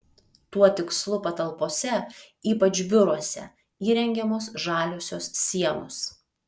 tuo tikslu patalpose ypač biuruose įrengiamos žaliosios sienos